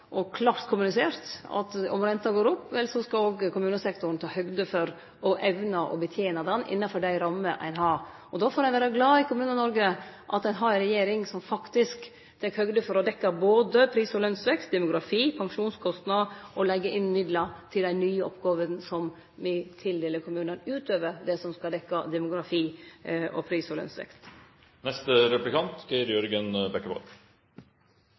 vore klart – og klart kommunisert – at om renta går opp, skal kommunesektoren òg ta høgd for å evne å betene ho innanfor dei rammene dei har. Og da får ein i Kommune-Noreg vere glad for at ein har ei regjering som tek høgd for å dekkje både pris- og lønsvekst, demografi og pensjonskostnad, og som legg inn midlar til dei nye oppgåvene som me tildeler kommunane – utover det som skal dekkje demografi og pris- og